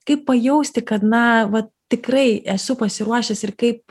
kaip pajausti kad na va tikrai esu pasiruošęs ir kaip